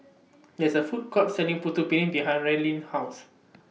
There IS A Food Court Selling Putu Piring behind Raelynn's House